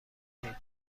کنید